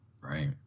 Right